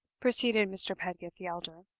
proceeded mr. pedgift the elder,